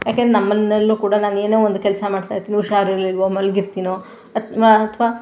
ಯಾಕೆಂದರೆ ನಮ್ಮನೆಯಲ್ಲೂ ಕೂಡ ನಾನೇನೋ ಒಂದು ಕೆಲಸ ಮಾಡ್ತಾ ಇರ್ತೀನಿ ಹುಷಾರಿರಲಿಲ್ವೋ ಮಲಗಿರ್ತೀನೋ ಅಥ್ವಾ ಅಥ್ವಾ